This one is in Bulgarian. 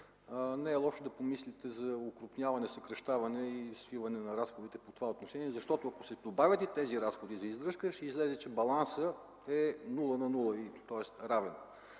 Не е лошо да помислите за окрупняване, съкращаване и свиване на разходите в това отношение, защото, ако се добавят и тези разходи за издръжка, ще излезе, че балансът е нула на нула, тоест равен.